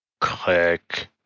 click